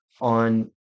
on